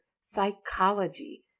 psychology